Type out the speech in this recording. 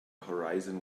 horizon